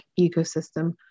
ecosystem